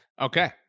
Okay